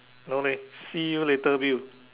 no leh see you later Bill